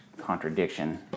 contradiction